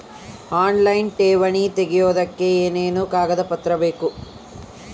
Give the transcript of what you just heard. Online ಠೇವಣಿ ತೆಗಿಯೋದಕ್ಕೆ ಏನೇನು ಕಾಗದಪತ್ರ ಬೇಕು?